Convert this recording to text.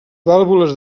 vàlvules